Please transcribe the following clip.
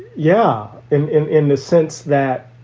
yeah. in. in in the sense that,